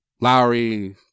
Lowry